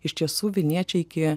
iš tiesų vilniečiai iki